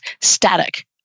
static